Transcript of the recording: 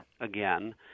again